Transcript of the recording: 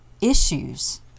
issues